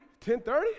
10:30